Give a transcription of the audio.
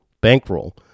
bankroll